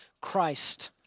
Christ